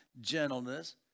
gentleness